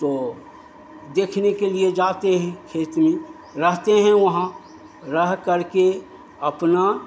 तो देखने के लिए जाते हैं खेत में रहते हैं वहाँ रह करके अपना